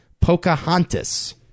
Pocahontas